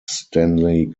stanley